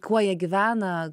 kuo jie gyvena